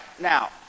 now